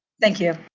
thank you.